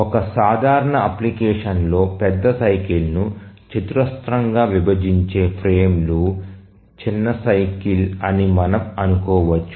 ఒక సాధారణ అప్లికేషన్లో పెద్ద సైకిల్ ను చతురస్రంగా విభజించే ఫ్రేమ్లు చిన్న సైకిల్ అని మనం అనుకోవచ్చు